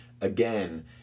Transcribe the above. again